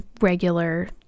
regular